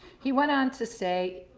he went on to say,